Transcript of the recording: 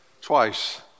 twice